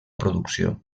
producció